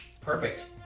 Perfect